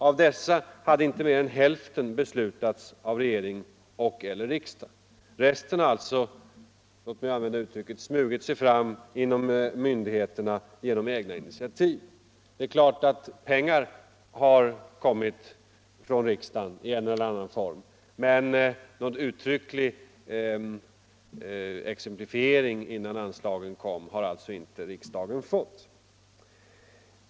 Av dessa hade inte mer än hälften beslutats av regeringen och/eller riksdagen. Resten har alltså — låt mig använda uttrycket — smugit sig fram genom myndigheternas egna initiativ. Det är klart att pengar har kommit från riksdagen i en eller annan form, men någon uttrycklig exemplifiering innan anslagen lämnades har alltså inte riksdagen fått.